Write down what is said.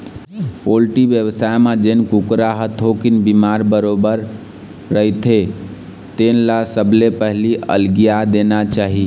poultry बेवसाय म जेन कुकरा ह थोकिन बिमार बरोबर रहिथे तेन ल सबले पहिली अलगिया देना चाही